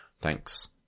Thanks